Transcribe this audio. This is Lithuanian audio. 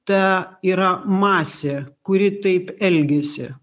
ta yra masė kuri taip elgiasi